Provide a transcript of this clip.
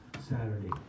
Saturday